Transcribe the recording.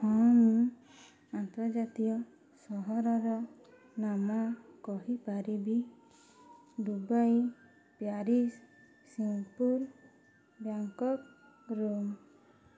ହଁ ମୁଁ ଆନ୍ତର୍ଜାତୀୟ ସହରର ନାମ କହିପାରିବି Dubai Paris Singapore Bangkok Rome